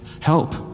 Help